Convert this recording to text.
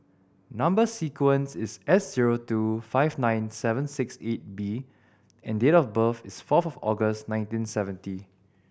number sequence is S zero two five nine seven six eight D and date of birth is four of August nineteen seventy